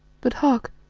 but hark!